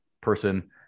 person